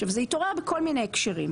עכשיו, זה התעורר בכל מיני הקשרים.